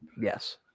Yes